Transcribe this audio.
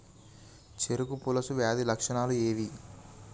చెరుకు పొలుసు వ్యాధి లక్షణాలు ఏవి?